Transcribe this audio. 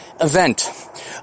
event